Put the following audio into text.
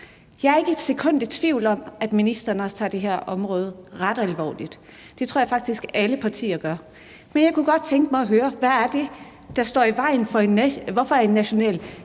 Jeg er ikke et sekund i tvivl om, at ministeren også tager det her område ret alvorligt – det tror jeg faktisk alle partier gør – men jeg kunne godt tænke mig at høre, hvorfor det er, at en national